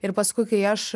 ir paskui kai aš